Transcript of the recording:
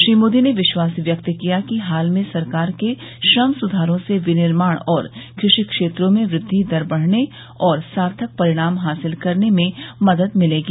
श्री मोदी ने विश्वास व्यक्त किया कि हाल में सरकार के श्रम सुधारों से विनिर्माण और कृषि क्षेत्रों में वृद्धि दर बढाने और सार्थक परिणाम हासिल करने में मदद मिलेगी